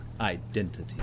identity